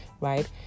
right